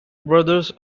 brothers